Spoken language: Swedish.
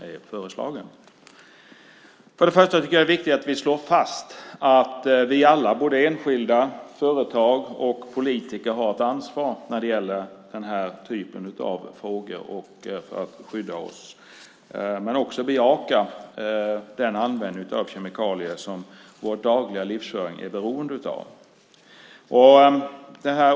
Det är viktigt att vi slår fast att vi alla, såväl enskilda som företag och politiker, har ett ansvar när det gäller den här typen av frågor och för att skydda oss, men att vi också bejakar den användning av kemikalier som vår dagliga livsföring är beroende av.